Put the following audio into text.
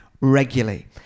regularly